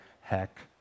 heck